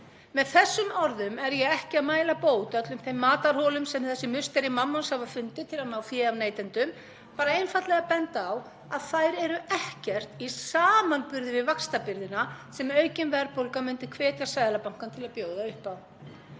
Með þessum orðum er ég ekki mæla bót öllum þeim matarholum sem þessi musteri Mammons hafa fundið til að ná fé af neytendum, ég er bara einfaldlega að benda á að þær eru ekkert í samanburði við vaxtabyrðina sem aukin verðbólga myndi hvetja Seðlabankann til að bjóða upp á.